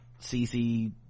cc